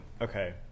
okay